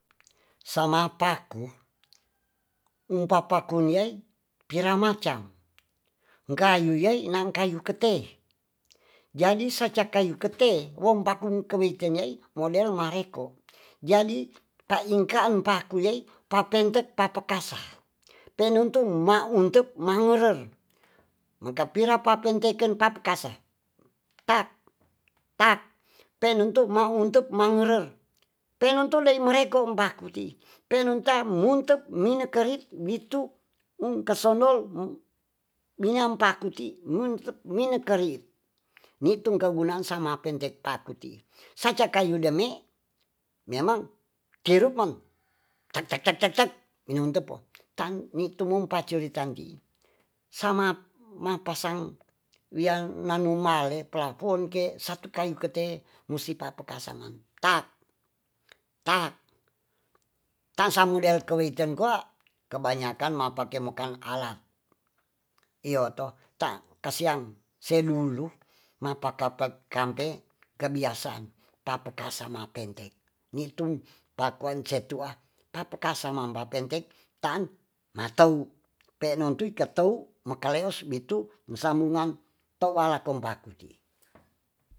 Sama'paku wungpa'pakunyei pira ma'can kayuyei nangkayu ketei jadi saca kayu ketei womgpaku kewite'yei model mahekko jadi ta'ingka'a pakuye'i papente'papakasa penuntu'uma ma ungtu'mangurer wokapire papenteken pa'p pakassa pa pak pen untuk ma'untuk mangurer pe'nuntun deimurekor mbahku ti' penunta'mu'untek munekeri'wi'tu ungkasonol m minyampakuti' muntep minengkeri' ningtu keguna'an sama'pen teipa'ku ti'i saca kayu demi' memang kiyurupmang tek-tek tek-tek minongto'po tang mi'tumumpa curitan ti'i samap mapasang wiyan nanumale plafon ke satu kayu ke'te musipa pakasanan tak- tak sanumdeilko'iten ko'a kebanyaken mapake mo'kan alat iyo'to ta' kasiang selulu mapapa kampe kebiasaan papakasa ma'pente' ni' tun pakuan cehtu'a papakasa mambapentek tan matou pe'non tou ikatou makaleos bi'tu musambungang po'wala kombaku'ti'i